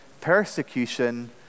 persecution